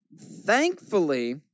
thankfully